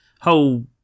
whole